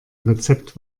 rezept